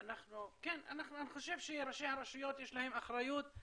אוקיי, אני חושב שלראשי הרשויות יש אחריות,